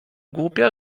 głupia